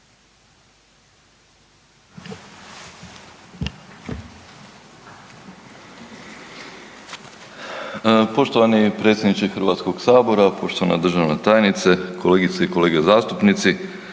Poštovani predsjedniče Hrvatskoga sabora, državna tajnice, kolegice i kolege. Pred nama